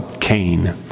Cain